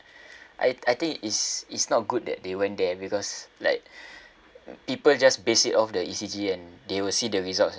I I think is is not good that they went there because like people just base it off the E_C_G and they will see the results